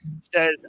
says